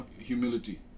humility